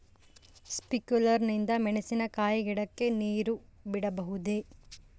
Sprinkler ನಿಂದ ಮೆಣಸಿನಕಾಯಿ ಗಿಡಕ್ಕೆ ನೇರು ಬಿಡಬಹುದೆ?